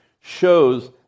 shows